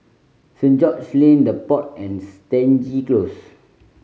Saint George Lane The Pod and Stangee Close